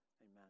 Amen